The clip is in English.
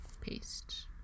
paste